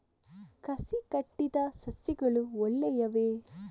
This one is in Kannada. ಕಸಿ ಕಟ್ಟಿದ ಸಸ್ಯಗಳು ಒಳ್ಳೆಯವೇ?